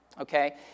Okay